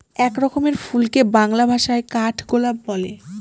এক রকমের ফুলকে বাংলা ভাষায় কাঠগোলাপ বলে